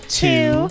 two